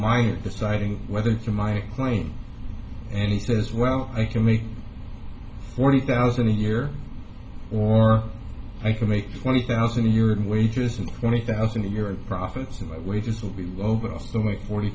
mind deciding whether to my claim and he says well i can make forty thousand a year or i can make twenty thousand a year in wages and twenty thousand a year in profits and my wages will be over